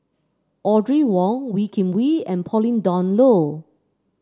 Audrey Wong Wee Kim Wee and Pauline Dawn Loh